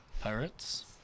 Pirates